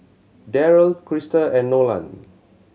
Darryl Krista and Nolan